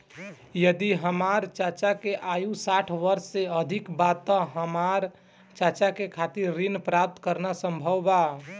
यदि हमार चाचा के आयु साठ वर्ष से अधिक बा त का हमार चाचा के खातिर ऋण प्राप्त करना संभव बा?